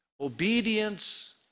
Obedience